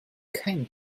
kein